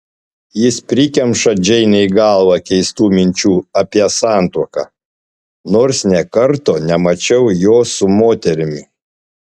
jis prikemša džeinei galvą keistų minčių apie santuoką nors nė karto nemačiau jo su moterimi